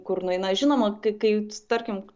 kur nueina žinoma kai kai tarkim